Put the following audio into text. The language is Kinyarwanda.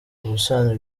ubusanzwe